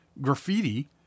graffiti